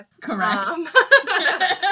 Correct